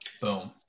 Boom